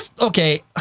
Okay